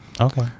Okay